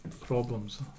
problems